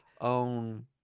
own